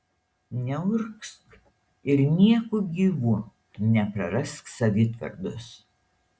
neurgzk ir nieku gyvu neprarask savitvardos